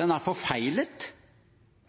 er forfeilet.